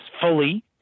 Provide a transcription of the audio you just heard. fully